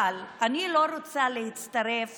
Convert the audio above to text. אבל אני לא רוצה להצטרף